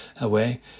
away